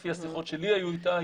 לפי השיחות שלי היו איתה,